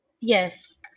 Yes